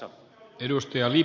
arvoisa puhemies